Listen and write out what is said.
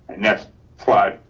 next slide.